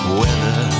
weather